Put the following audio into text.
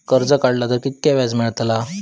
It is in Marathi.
कर्ज काडला तर कीतक्या व्याज मेळतला?